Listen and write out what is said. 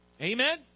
Amen